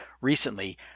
recently